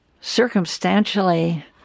Circumstantially